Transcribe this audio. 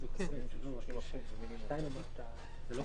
הוא עוד